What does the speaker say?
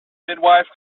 midwife